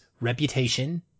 reputation